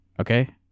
okay